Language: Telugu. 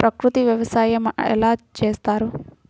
ప్రకృతి వ్యవసాయం ఎలా చేస్తారు?